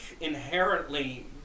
inherently